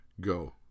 Go